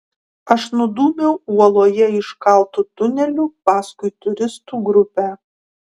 aš nudūmiau uoloje iškaltu tuneliu paskui turistų grupę